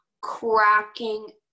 cracking